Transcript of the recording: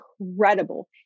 incredible